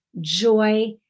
joy